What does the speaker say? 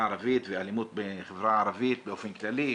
הערבית והאלימות בחברה הערבית באופן כללי,